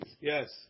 yes